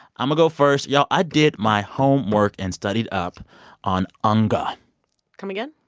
i'ma go first. y'all, i did my homework and studied up on unga come again?